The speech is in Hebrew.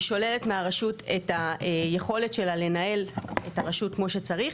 היא שוללת מהרשות את היכולת שלה לנהל את הרשות כמו שצריך.